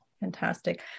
fantastic